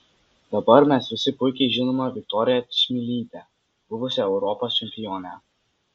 dabar mes visi puikiai žinome viktoriją čmilytę buvusią europos čempionę